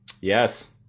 Yes